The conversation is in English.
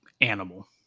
animal